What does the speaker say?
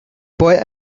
boy